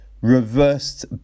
Reversed